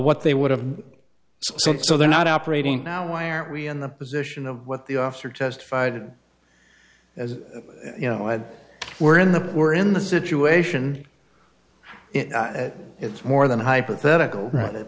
what they would have been sent so they're not operating now why are we in the position of what the officer testified as you know we're in the we're in the situation it's more than hypothetical